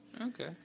Okay